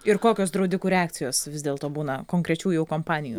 ir kokios draudikų reakcijos vis dėlto būna konkrečių jau kompanijų